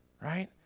right